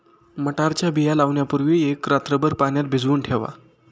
मटारच्या बिया लावण्यापूर्वी एक रात्रभर पाण्यात भिजवून ठेवा